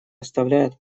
оставляет